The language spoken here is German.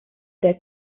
der